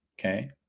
okay